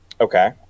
Okay